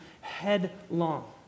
headlong